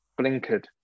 blinkered